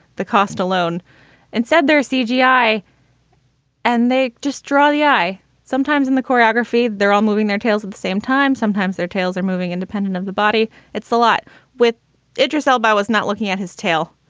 the cost alone and said they're cgi. and they just draw the eye sometimes in the choreography. they're all moving their tails at the same time, sometimes their tails are moving independent of the body it's a lot with idris elba. i was not looking at his tail.